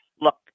Look